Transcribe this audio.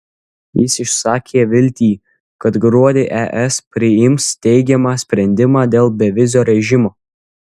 jis išsakė viltį kad gruodį es priims teigiamą sprendimą dėl bevizio režimo